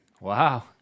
Wow